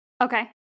Okay